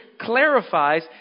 clarifies